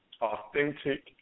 authentic